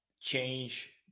change